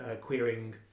queering